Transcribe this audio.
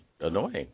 annoying